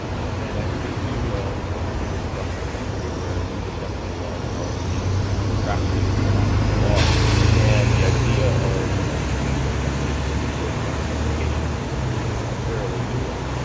and i speak to educators across the country where new dyslexia laws are being crafted and signed into law and the idea of bringing dyslexia to the forefront in education is is a fairly new one.